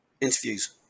interviews